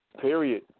period